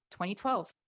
2012